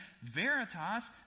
Veritas